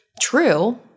true